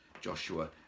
Joshua